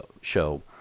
show